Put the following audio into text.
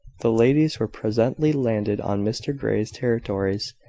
the ladies were presently landed on mr grey's territories.